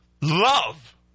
love